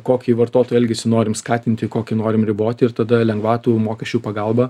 kokį vartotojų elgesį norim skatinti kokį norim riboti ir tada lengvatų mokesčių pagalba